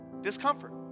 Discomfort